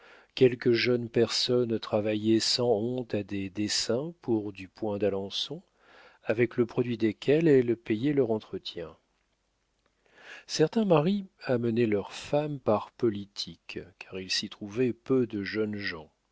quelques jeunes personnes travaillaient sans honte à des dessins pour du point d'alençon avec le produit desquels elles payaient leur entretien certains maris amenaient leurs femmes par politique car il s'y trouvait peu de jeunes gens